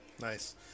Nice